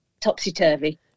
topsy-turvy